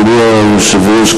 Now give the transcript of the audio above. אדוני היושב-ראש,